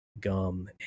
gum